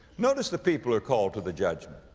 notice the people who're called to the judgment,